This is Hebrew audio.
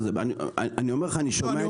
טוב, בוקר טוב, אני פותח את הישיבה.